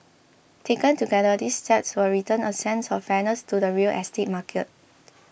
taken together these steps will return a sense of fairness to the real estate market